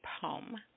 poem